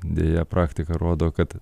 deja praktika rodo kad